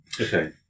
Okay